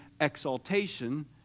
exaltation